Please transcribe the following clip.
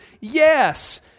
yes